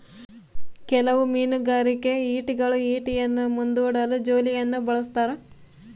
ಕೆಲವು ಮೀನುಗಾರಿಕೆ ಈಟಿಗಳು ಈಟಿಯನ್ನು ಮುಂದೂಡಲು ಜೋಲಿಯನ್ನು ಬಳಸ್ತಾರ